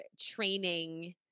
training